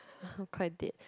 I'm quite dead